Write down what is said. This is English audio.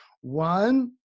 One